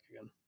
again